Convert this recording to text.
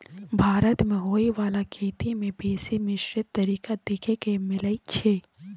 भारत मे होइ बाला खेती में बेसी मिश्रित तरीका देखे के मिलइ छै